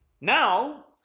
Now